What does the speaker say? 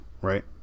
right